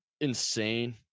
insane